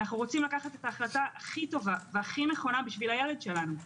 אנחנו רוצים לקחת את ההחלטה הכי נכונה וטובה לילד שלנו.